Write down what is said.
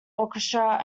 orchestra